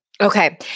Okay